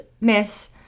miss